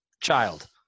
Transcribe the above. child